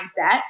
mindset